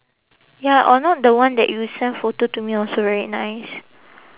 ya or not the one that you send photo to me also very nice